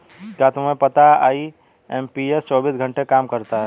क्या तुम्हें पता है आई.एम.पी.एस चौबीस घंटे काम करता है